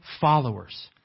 followers